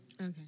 Okay